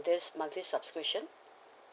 this monthly subscription